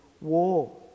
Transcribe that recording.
war